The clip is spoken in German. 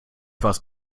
was